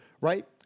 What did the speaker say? Right